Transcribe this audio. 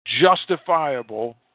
justifiable